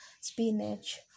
spinach